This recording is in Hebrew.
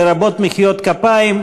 לרבות מחיאות כפיים,